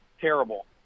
Terrible